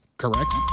correct